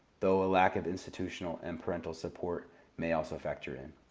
though a lack of institutional and parental support may also factor in.